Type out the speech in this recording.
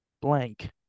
Blank